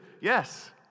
yes